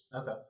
Okay